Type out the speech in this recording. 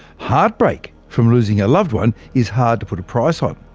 heartbreak from losing a loved one is hard to put a price on.